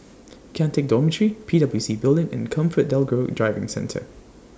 Kian Teck Dormitory P W C Building and ComfortDelGro Driving Centre